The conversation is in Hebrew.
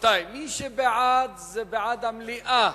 זה בעד המליאה.